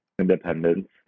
independence